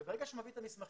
ברגע שהוא מביא את המסמכים,